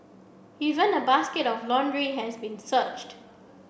even a basket of laundry had been searched